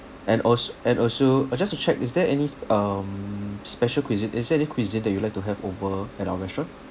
and als~ and also uh just to check is there any s~ um special cuisine is there any cuisine that you would like to have over at our restaurant